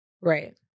right